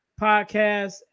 Podcast